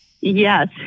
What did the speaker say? Yes